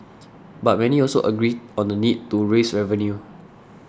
but many also agree on the need to raise revenue